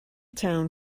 town